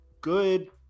good